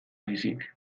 baizik